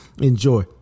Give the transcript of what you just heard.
enjoy